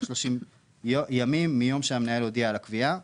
30 ימים מיום שהמנהל הודיע לו על הקביעה.